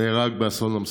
נהרג באסון המסוקים.